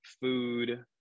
food